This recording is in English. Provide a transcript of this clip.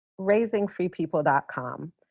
Raisingfreepeople.com